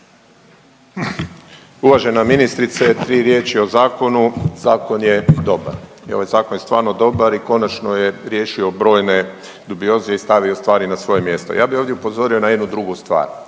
Uvažena ministrice, tri riječi o Zakonu, Zakon je dobar. Evo, Zakon je stvarno dobar i konačno je riješio brojne dubioze i stavio stvari na svoje mjesto. Ja bih ovdje upozorio na jednu drugu stvar.